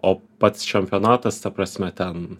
o pats čempionatas ta prasme ten